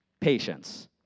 patience